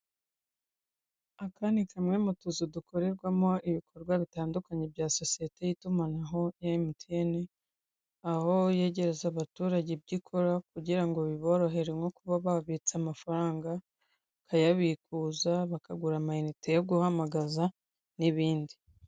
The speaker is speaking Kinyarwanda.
Aka ni kamwe mu tuzu dukorerwamo ibikorwa bitandukanye bya sosiyete y'itumanaho emutiyene, aho yegereza abaturage ibyo ikora kugira ngo biborohere nko kuba babitse amafaranga, bakayabikuza, bakagura amayinite yo guhamagaza n'ibindi.